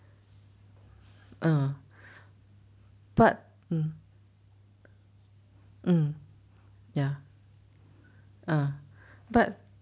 uh but hmm mm ya ah but